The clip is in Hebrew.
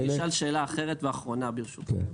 אז אשאל שאלה אחרת ואחרונה, ברשותך.